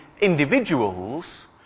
individuals